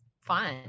fun